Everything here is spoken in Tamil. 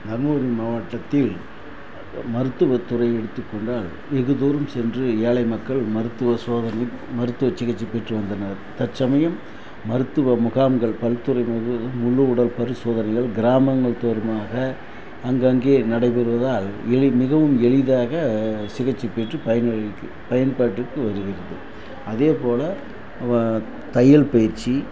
தர்மபுரி மாவட்டத்தில் மருத்துவத்துறை எடுத்துக்கொண்டால் வெகு தூரம் சென்று ஏழை மக்கள் மருத்துவ சோதனை மருத்துவ சிகிச்சை பெற்று வந்தனர் தற்சமயம் மருத்துவ முகாம்கள் பல் துறை முழு உடல் பரிசோதனைகள் கிராமங்கள் தூர்மாக அங்கங்கே நடைபெறுவதால் மிலி மிகவும் எளிதாக சிகிச்சைப் பெற்று பயன் அளிக்க பயன்பாட்டுக்கு வருகிறது அதேப்போல் வ தையல் பயிற்சி